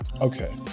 okay